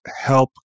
help